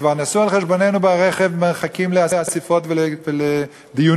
וכבר נסעו על חשבוננו ברכב ומחכים לאספות ולדיונים